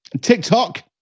TikTok